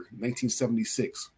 1976